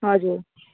हजुर